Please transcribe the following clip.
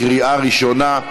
בקריאה ראשונה.